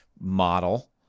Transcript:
model